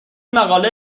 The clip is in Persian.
مقاله